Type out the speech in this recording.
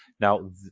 Now